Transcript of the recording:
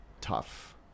tough